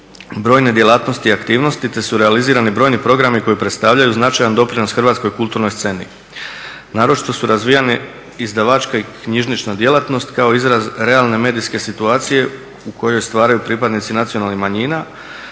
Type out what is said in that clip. brojne djelatnosti i aktivnosti te su realizirani brojni programi koji predstavljaju značajan doprinos Hrvatskoj kulturnoj sceni. Naročito su razvijeni izdavačka i knjižnična djelatnost kao izraz realne medijske situacije u kojoj stvaraju pripadnici nacionalnih manjina,